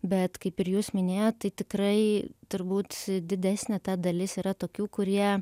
bet kaip ir jūs minėjot tai tikrai turbūt didesnė ta dalis yra tokių kurie